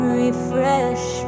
refresh